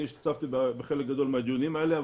אני השתתפתי בחלק גדול מהדיונים האלה,